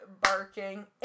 barking